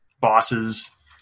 bosses